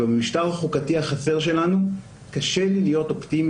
ובמשטר החוקתי החסר שלנו קשה לי להיות אופטימי